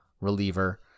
reliever